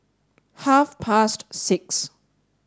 half past six